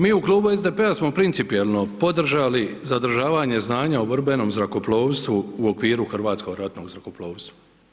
Mi u Klubu SDP-a smo principijelno podržali zadržavanje znanja o borbenom zrakoplovstvu u okviru hrvatskog ratnog zrakoplovstva.